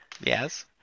Yes